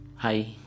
Hi